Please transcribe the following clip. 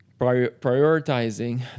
prioritizing